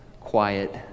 quiet